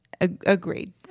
Agreed